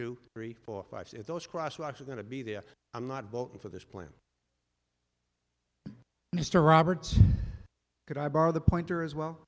two three four five if those cross watch are going to be there i'm not voting for this plan mr roberts could i borrow the pointer as well